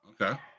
Okay